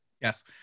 Yes